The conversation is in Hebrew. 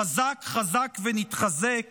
חזק חזק ונתחזק